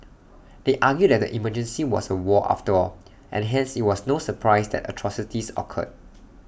they argue that the emergency was A war after all and hence IT was no surprise that atrocities occurred